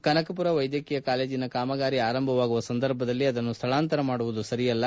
ಕನಕಮರ ವೈದ್ಯಕೀಯ ಕಾಲೇಜಿನ ಕಾಮಗಾರಿ ಆರಂಭವಾಗುವ ಸಂದರ್ಭದಲ್ಲಿ ಆದನ್ನು ಸ್ಥಳಾಂತರ ಮಾಡುವುದು ಸರಿಯಲ್ಲ